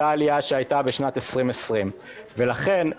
אותה עלייה שהייתה בשנת 2020. ולכן,